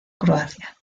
croacia